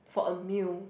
for a meal